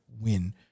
win